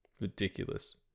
Ridiculous